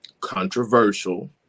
controversial